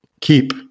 Keep